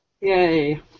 yay